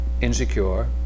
insecure